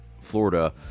Florida